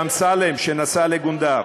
אמסלם, שנסע לגונדר,